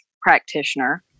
practitioner